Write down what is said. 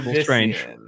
strange